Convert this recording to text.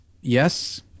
Yes